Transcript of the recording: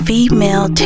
Female